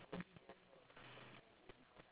okay wait but okay